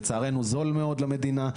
זה כוח אדם איכותי, לצערנו זול מאוד למדינה.